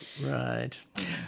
Right